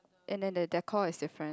and then the decor is different